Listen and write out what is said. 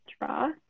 draw